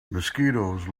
mosquitoes